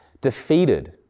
defeated